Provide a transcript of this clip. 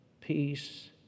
peace